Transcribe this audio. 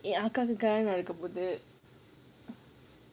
eh அக்கம் பக்கம் இருக்க போகுது:akkam pakkam irukka poguthu